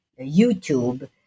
YouTube